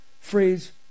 phrase